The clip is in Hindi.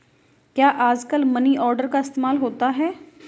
क्या आजकल मनी ऑर्डर का इस्तेमाल होता है?